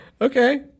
Okay